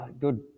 good